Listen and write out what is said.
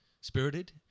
Spirited